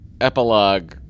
epilogue